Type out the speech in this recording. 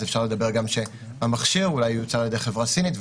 אז אפשר לדבר גם על כך שהמחשב מיוצר על-ידי חברה סינית,